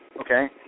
okay